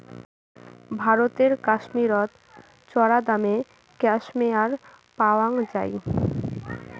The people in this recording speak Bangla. ভারতের কাশ্মীরত চরাদামে ক্যাশমেয়ার পাওয়াং যাই